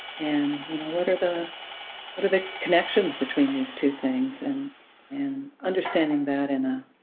and you know what are the but are the connections between these two things? and and understanding that in a